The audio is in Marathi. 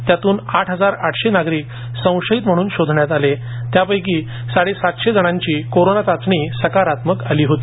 त्यातून आठ हजार आठशे नागरिक संशयित म्हणून शोधण्यात आले त्यापैकी साडेसातशे जणांची कोरोना चाचणी सकारात्मक आली होती